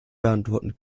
beantworten